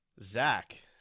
Zach